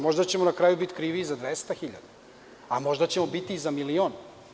Možda ćemo na kraju biti krivi i za 200 hiljada, a možda ćemo biti i za milion.